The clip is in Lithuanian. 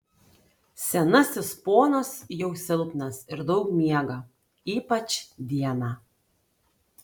senasis ponas jau silpnas ir daug miega ypač dieną